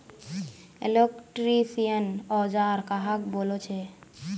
Electrician औजार कहाक बोले छे?